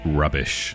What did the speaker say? rubbish